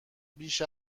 بیش